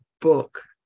book